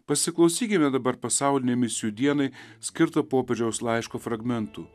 pasiklausykime dabar pasaulinei misijų dienai skirto popiežiaus laiško fragmentų